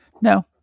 no